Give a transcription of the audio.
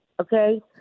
okay